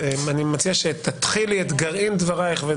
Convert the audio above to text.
מציע שתתחילי את גרעין דברייך,